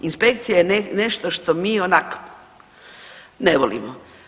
Inspekcija je nešto što mi onak' ne volimo.